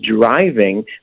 driving